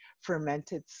fermented